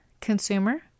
consumer